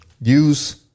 use